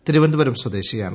തിരുവനന്തപുരം സ്വദേശിയാണ്